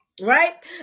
right